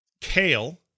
kale